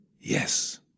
Yes